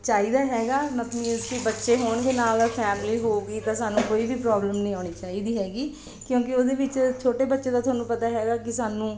ਚਾਹੀਦਾ ਹੈਗਾ ਮੀਨਜ਼ ਕਿ ਬੱਚੇ ਹੋਣਗੇ ਨਾਲ ਫੈਮਲੀ ਹੋਵੇਗੀ ਤਾਂ ਸਾਨੂੰ ਕੋਈ ਵੀ ਪ੍ਰੋਬਲਮ ਨਹੀਂ ਆਉਣੀ ਚਾਹੀਦੀ ਹੈਗੀ ਕਿਉਂਕਿ ਉਹਦੇ ਵਿੱਚ ਛੋਟੇ ਬੱਚੇ ਦਾ ਤੁਹਾਨੂੰ ਪਤਾ ਹੈਗਾ ਕਿ ਸਾਨੂੰ